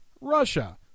Russia